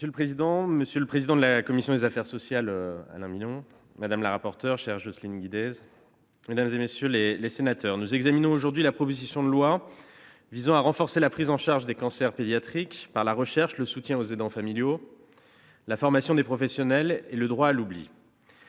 Monsieur le président, monsieur le président de la commission des affaires sociales, madame la rapporteur, mesdames, messieurs les sénateurs, nous examinons aujourd'hui la proposition de loi visant à renforcer la prise en charge des cancers pédiatriques par la recherche, le soutien aux aidants familiaux, la formation des professionnels et le droit à l'oubli.